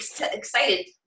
excited